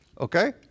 okay